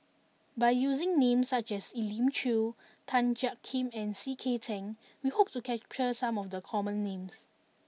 by using names such as Elim Chew Tan Jiak Kim and C K Tang we hope to capture some of the common names